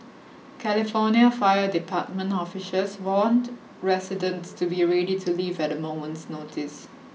California Fire Department officials warned residents to be ready to leave at a moment's notice